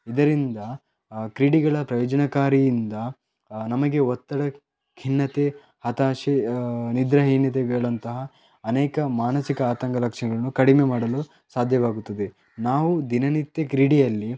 ಇದರಿಂದ ಕ್ರೀಡೆಗಳ ಪ್ರಯೋಜನಕಾರಿಯಿಂದ ನಮಗೆ ಒತ್ತಡ ಖಿನ್ನತೆ ಹತಾಶೆ ನಿದ್ರಾಹೀನತೆಗಳಂತಹ ಅನೇಕ ಮಾನಸಿಕ ಆತಂಕ ಲಕ್ಷಣಗಳು ಕಡಿಮೆ ಮಾಡಲು ಸಾಧ್ಯವಾಗುತ್ತದೆ ನಾವು ದಿನನಿತ್ಯ ಕ್ರೀಡೆಯಲ್ಲಿ